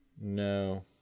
No